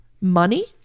money